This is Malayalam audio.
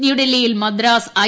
ന്യൂഡൽഹിയിൽ മദ്രാസ് ഐ